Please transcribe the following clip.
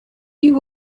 you